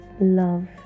Love